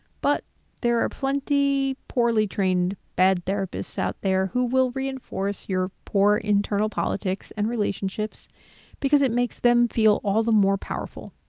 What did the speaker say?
but there are plenty poorly trained bad therapists out there who will reinforce your poor internal politics and relationships because it makes them feel all the more powerful.